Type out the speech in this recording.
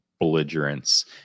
belligerence